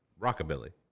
Rockabilly